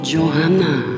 Johanna